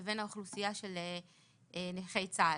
לבין האוכלוסייה של נכי צה"ל.